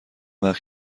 وقت